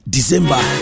December